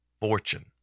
fortune